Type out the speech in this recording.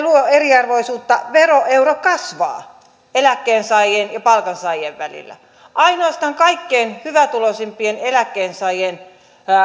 luo eriarvoisuutta veroero kasvaa eläkkeensaajien ja palkansaajien välillä ainoastaan kaikkein hyvätuloisimpien eläkkeensaajien